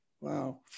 Wow